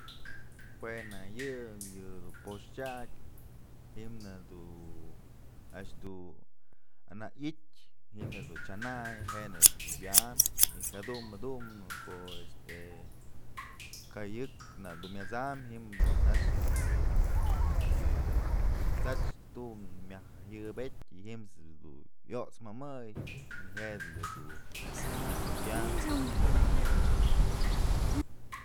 Jue nak yë yëdun poxtyak ji'm nak du a'ax du anak i'ityë, ji'im jedun chyanay je'e nak dun wyambyë y jadumbë dumbë ko'o este kayë nak dun myat'sam ji'im nax yë, yë bi'i t'sach tu'u myaj jëyëbyëd y ji'ims du yost's mëmëy y je'e nak du wyanpë.